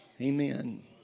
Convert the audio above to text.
Amen